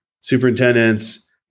superintendents